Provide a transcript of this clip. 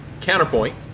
Counterpoint